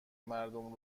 مردم